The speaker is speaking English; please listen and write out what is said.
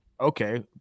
okay